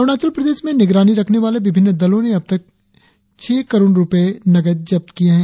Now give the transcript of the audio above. अरुणाचल प्रदेश में निगरानी रखने वाले विभिन्न दलों ने अब तक छह करोड़ रुपए नकद जब्त किए है